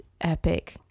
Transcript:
epic